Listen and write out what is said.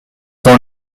dans